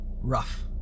rough